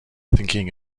thinking